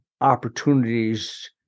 opportunities